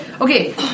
Okay